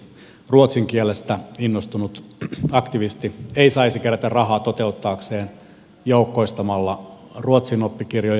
ruotsin kielestä innostunut aktivisti ei saisi kerätä rahaa toteuttaakseen joukkoistamalla ruotsin oppikirjoja